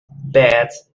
beds